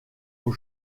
aux